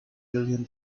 billion